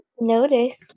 notice